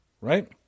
right